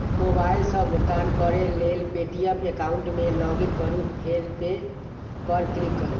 mobile सं भुगतान करै लेल पे.टी.एम एकाउंट मे लॉगइन करू फेर पे पर क्लिक करू